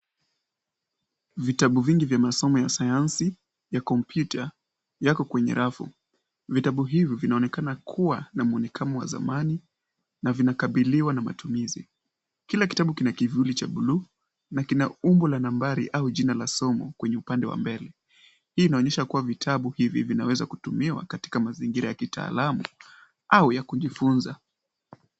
Vitabu vingi vya masomo ya sayansi ya komputa yako kwenye rafu. Vitabu hivi vinaonekana kuwa na mwonekano wa zamani na vinakabiliwa na matumizi. Kila kitabu kina kivuli cha bluu na kina umbo la nambari au jina la somo kwenye upande wa mbele. Hii inaonyesha kuwa vitabu hivi vinaweza kutumiwa katika mazingira ya kitaalamu au ya kujifunza.